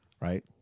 right